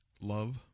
love